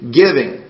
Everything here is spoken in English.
giving